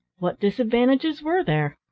what disadvantages were there?